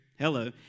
Hello